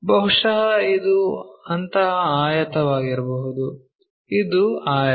ಬಹುಶಃ ಇದು ಅಂತಹ ಆಯತವಾಗಿರಬಹುದು ಇದು ಆಯತ